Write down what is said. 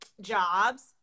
jobs